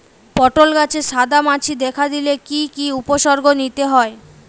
পটল গাছে সাদা মাছি দেখা দিলে কি কি উপসর্গ নিতে হয়?